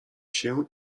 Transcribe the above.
się